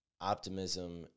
optimism